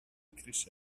chris